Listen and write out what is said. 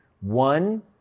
one